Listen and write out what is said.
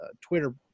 Twitter